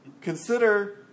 Consider